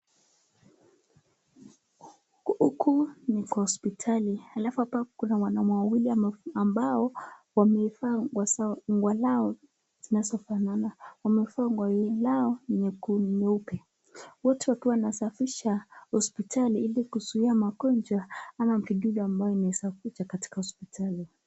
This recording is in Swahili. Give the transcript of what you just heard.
Huku ni kwa hosipitali, alafu hapa kuna wanaume wawili ambao wamevaa nguo zao zinazo fanana. Wamevaa nguo lao nyeupe, wote wakiwa wanasafisha hosipitali ilikuzuia magonjwa ama kitu ambayo inawezakuja kwa hosipitali.